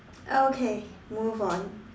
okay move on